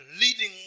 leading